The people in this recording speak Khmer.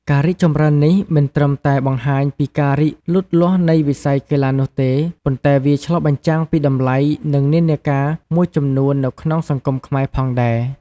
ការរីកចម្រើននេះ មិនត្រឹមតែបង្ហាញពីការរីកលូតលាស់នៃវិស័យកីឡានោះទេ ប៉ុន្តែវាក៏ឆ្លុះបញ្ចាំងពីតម្លៃ និងនិន្នាការមួយចំនួននៅក្នុងសង្គមខ្មែរផងដែរ។